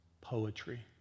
poetry